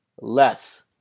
less